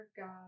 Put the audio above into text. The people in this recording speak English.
God